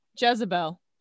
Jezebel